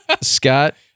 Scott